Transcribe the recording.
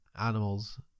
animals